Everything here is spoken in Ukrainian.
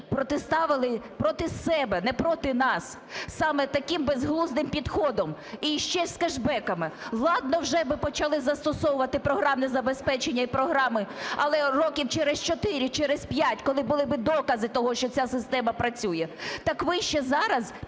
протиставили проти себе, не проти нас, саме таким безглуздим підходом. І ще з кешбеками. Ладно, вже почали б застосовувати програмне забезпечення і програми, але років через 4, через 5, коли були би докази того, що ця система працює. Так ви ще зараз